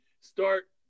start